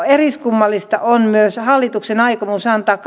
eriskummallista on myös hallituksen aikomus antaa